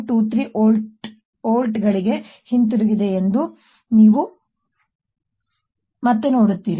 23 ವೋಲ್ಟ್ಗಳಿಗೆ ಹಿಂತಿರುಗಿದೆ ಎಂದು ನೀವು ಮತ್ತೆ ನೋಡುತ್ತೀರಿ